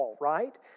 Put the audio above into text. right